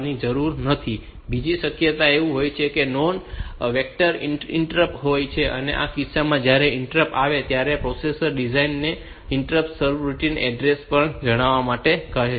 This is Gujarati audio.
તેથી તે તરત જ તે સરનામા પર જાય છે અને બીજી શક્યતા એ હોય છે કે તે નોન વેક્ટર ઈન્ટરપ્ટ હોય છે આ કિસ્સામાં જ્યારે ઈન્ટરપ્ટ્સ આવશે ત્યારે પ્રોસેસર ડિવાઈસ ને ઈન્ટરપ્ટ સર્વિસ રૂટિન એડ્રેસ જણાવવા માટે કહેશે